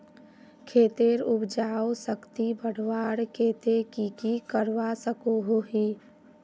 खेतेर उपजाऊ शक्ति बढ़वार केते की की करवा सकोहो ही?